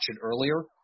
earlier